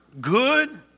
Good